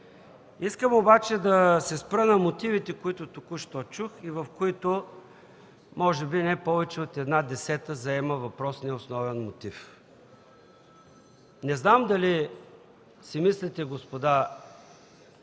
Искам обаче да се спра на мотивите, които току-що чух, в които може би не повече от една десета заема въпросният основен мотив. Не знам дали си мислите, господа